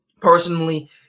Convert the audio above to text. Personally